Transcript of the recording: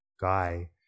guy